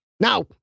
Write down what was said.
Now